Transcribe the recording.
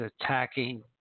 attacking